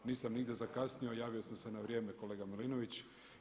Nisam nigdje zakasnio, javio sam se na vrijeme kolega Milinović.